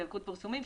בילקוט פרסומים,